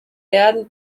werden